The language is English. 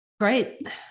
Great